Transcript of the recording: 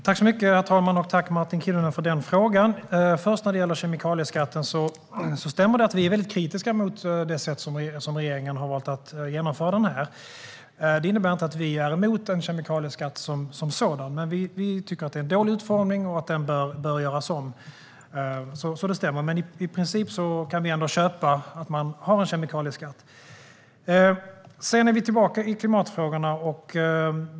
Herr talman! Tack, Martin Kinnunen, för det anförandet! När det gäller kemikalieskatten stämmer det att vi är väldigt kritiska mot hur regeringen har valt att genomföra den. Det innebär inte att vi är emot en kemikalieskatt som sådan. Men vi tycker att det är en dålig utformning och att den bör göras om. Det stämmer, men i princip kan vi ändå köpa att man har en kemikalieskatt. Sedan är vi tillbaka i klimatfrågorna.